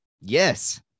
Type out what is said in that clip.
yes